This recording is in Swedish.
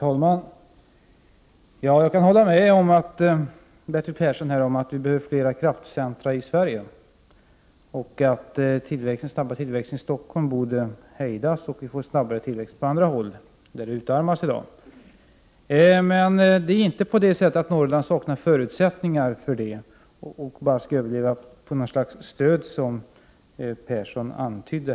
Herr talman! Jag kan hålla med Bertil Persson om att vi behöver fler kraftcentra i Sverige och att den snabba tillväxten i Stockholm borde hejdas, så att de orter som håller på att utarmas får en snabbare tillväxt. Men Norrland saknar inte förutsättningar för en sådan och överlever inte bara på någon sorts stöd, som Bertil Persson antydde.